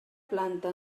planta